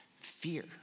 fear